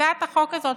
הצעת החוק הזאת,